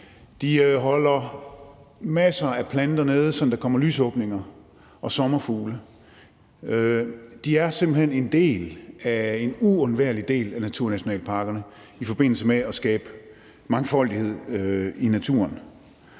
De holder masser af planter nede, sådan at der kommer lysåbninger og sommerfugle. De er simpelt hen en uundværlig del af naturnationalparkerne i forbindelse med at skabe mangfoldighed i naturen.